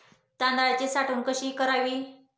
तांदळाची साठवण कशी करावी?